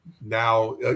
now